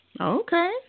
Okay